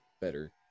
better